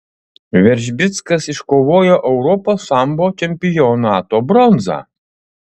veržbickas iškovojo europos sambo čempionato bronzą